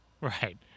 Right